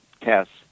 tests